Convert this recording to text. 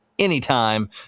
Anytime